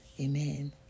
Amen